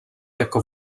jako